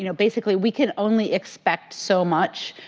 you know basically we can only expect so much,